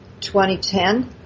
2010